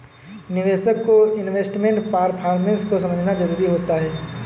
निवेशक को investment performance को समझना जरुरी होता है